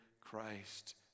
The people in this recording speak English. Christ